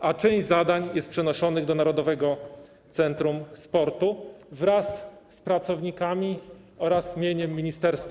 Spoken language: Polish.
a część zadań jest przenoszonych do zakresu działalności Narodowego Centrum Sportu, wraz z pracownikami oraz mieniem ministerstwa.